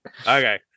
Okay